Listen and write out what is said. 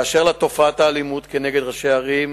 באשר לתופעת האלימות כנגד ראשי ערים,